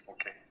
Okay